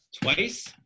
twice